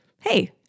Hey